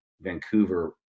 Vancouver